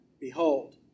Behold